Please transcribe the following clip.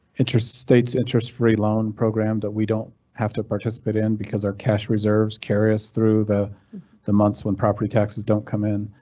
enter states interest free loan program that we don't have to participate in because our cash reserves carry us through the the months when property taxes don't come in.